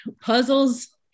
puzzles